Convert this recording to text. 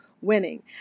winning